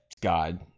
God